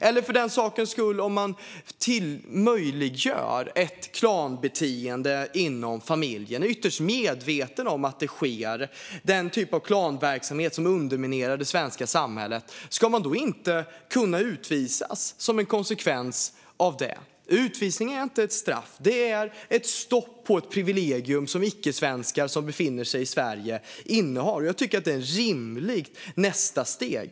Eller om man möjliggör ett klanbeteende inom familjen och är ytterst medveten om att den typ av klanverksamhet sker som underminerar det svenska samhället, ska man då inte kunna utvisas som en konsekvens av det? Utvisning är inte ett straff. Det är ett stopp på ett privilegium som icke-svenskar som befinner sig i Sverige innehar. Jag tycker att det är ett rimligt nästa steg.